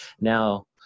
now